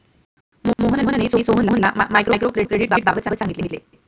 मोहनने सोहनला मायक्रो क्रेडिटबाबत सांगितले